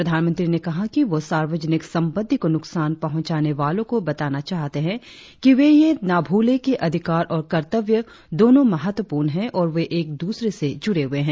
प्रधानमंत्री ने कहा कि वह सार्वजनिक संपत्ति को नुकसान पहुंचाने वालों को बताना चाहते है कि वे यह न भूलें कि अधिकार और कर्तव्य दोनों महत्वपूर्ण है और वे एक दूसरे से जुरे हुए हैं